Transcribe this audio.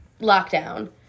lockdown